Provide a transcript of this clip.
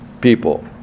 people